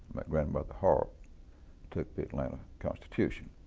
my grandmother harrell took the atlanta constitution.